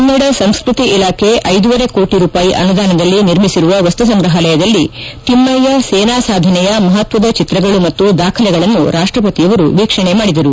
ಕನ್ನಡ ಸಂಸ್ಕತಿ ಇಲಾಖೆ ಐದೂವರೆ ಕೋಟಿ ರೂಪಾಯಿ ಅನುದಾನದಲ್ಲಿ ನಿರ್ಮಿಸಿರುವ ವಸ್ತು ಸಂಗ್ರಹಾಲಯದಲ್ಲಿ ತಿಮ್ನಯ್ಯ ಸೇನಾ ಸಾಧನೆಯ ಮಹತ್ತದ ಚಿತ್ರಗಳು ಮತ್ತು ದಾಖಲೆಗಳನ್ನು ರಾಷ್ಷಪತಿಯವರು ವೀಕ್ಷಣೆ ಮಾಡಿದರು